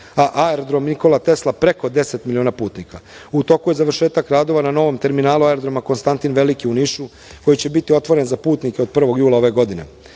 a aerodrom Nikola Tesla preko deset miliona putnika. U toku je završetak radova na novom terminalu aerodroma Konstantin Veliki u Nišu, koji će biti otvoren za putnike od 1. jula ove